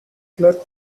clerk